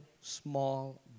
small